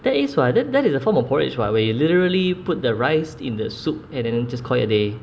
that is [what] then that is a form of porridge [what] when you literally put the rice in the soup and then just call it a day